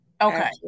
Okay